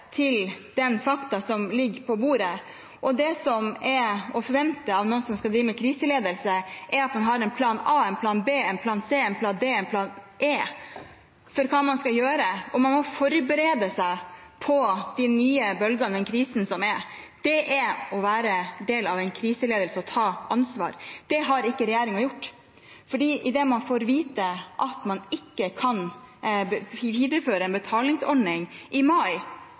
til de fakta som ligger på bordet, og det som er å forvente av noen som skal drive med kriseledelse, er at de har en plan A, en plan B, en plan C, en plan D og en plan E for hva man skal gjøre, og man må forberede seg på de nye bølgene i den krisen som er. Det er å være del av en kriseledelse og ta ansvar. Det har ikke regjeringen gjort. Når man får vite at man ikke kan videreføre en betalingsordning i mai,